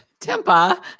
Tempa